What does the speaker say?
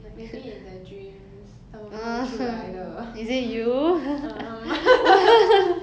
maybe in the dreams 他们梦出来的 um